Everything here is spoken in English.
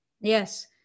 Yes